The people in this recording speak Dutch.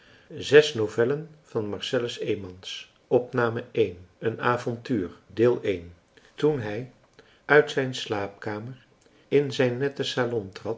een avontuur toen hij uit zijn slaapkamer in zijn nette